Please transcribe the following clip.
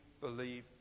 believe